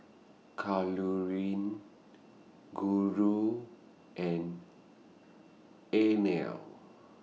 Kalluri Guru and Anil